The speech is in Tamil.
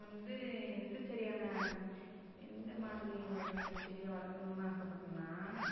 நான் வந்து எந்த செடியான எந்தமாதிரி வகையான செடியை வளர்க்கணுன்னு ஆசைப்பட்டேன்னா